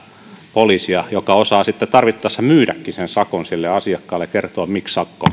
poliisia joka osaa sitten tarvittaessa myydäkin sen sakon sille asiakkaalle ja kertoa miksi sakko